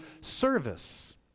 service